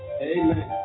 amen